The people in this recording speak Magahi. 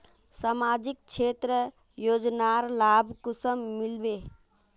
सामाजिक क्षेत्र योजनार लाभ कुंसम मिलबे?